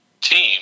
team